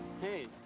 Hey